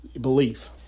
belief